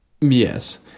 yes